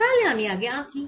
তাহলে আমি আগে আঁকি